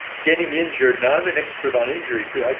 getting injured. now i'm an expert on injury too. like